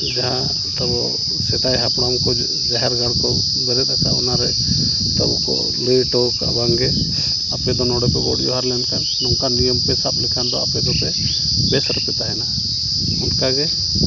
ᱡᱟᱦᱟᱸᱛᱟᱵᱚ ᱥᱮᱫᱟᱭ ᱦᱟᱯᱲᱟᱢᱠᱚ ᱡᱟᱦᱮᱨ ᱜᱟᱲᱠᱚ ᱵᱮᱨᱮᱫᱟᱠᱟᱫ ᱚᱱᱟᱨᱮ ᱟᱵᱚᱠᱚ ᱞᱟᱹᱭᱚᱴᱚ ᱟᱠᱟᱫᱟ ᱵᱟᱝᱜᱮ ᱟᱯᱮᱫᱚ ᱱᱚᱰᱮᱯᱮ ᱜᱚᱰᱼᱡᱚᱦᱟᱨ ᱞᱮᱱᱠᱷᱟᱱ ᱱᱚᱝᱠᱟ ᱱᱤᱭᱚᱢᱯᱮ ᱥᱟᱵ ᱞᱮᱠᱷᱟᱱᱫᱚ ᱟᱯᱮᱫᱚᱯᱮ ᱵᱮᱥᱨᱮᱯᱮ ᱛᱟᱦᱮᱱᱟ ᱚᱱᱠᱟᱜᱮ